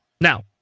Now